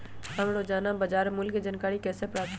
हम रोजाना बाजार मूल्य के जानकारी कईसे पता करी?